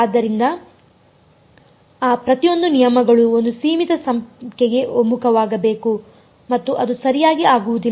ಆದ್ದರಿಂದ ಆ ಪ್ರತಿಯೊಂದು ನಿಯಮಗಳು ಒಂದು ಸೀಮಿತ ಸಂಖ್ಯೆಗೆ ಒಮ್ಮುಖವಾಗಬೇಕು ಮತ್ತು ಅದು ಸರಿಯಾಗಿ ಆಗುವುದಿಲ್ಲ